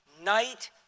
night